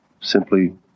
simply